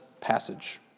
passage